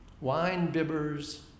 wine-bibbers